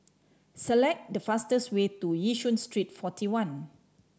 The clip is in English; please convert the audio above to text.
select the fastest way to Yishun Street Forty One